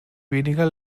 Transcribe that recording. weniger